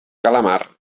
calamar